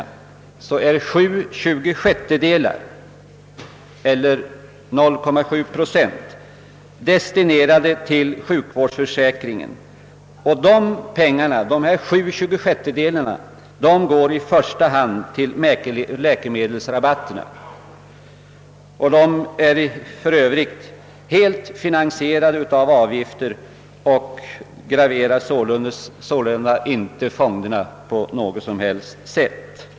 Av dessa 2,6 procent är 7/24 eller 0,7 procent destinerade till sjukvårdsförsäkringen. Dessa pengar går i första hand till läkemedelsrabatterna; de är för övrigt helt finansierade av avgifter och graverar sålunda inte fonderna på något som helst sätt.